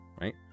right